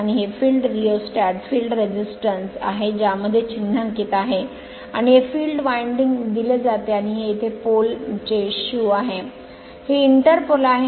आणि हे field rheostat field resistance आहे ज्यामध्ये चिन्हांकित आहे आणि हे फील्ड विंडिंग दिले जाते आणि हे येथे पोल चे शू आहे हे इंटर पोल आहे